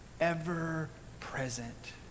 ever-present